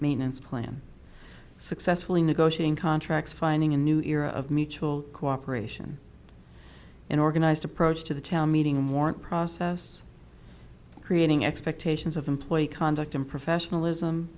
maintenance plan successfully negotiating contracts finding a new era of mutual cooperation in organized approach to the town meeting warrant process creating expectations of employee conduct and professionalism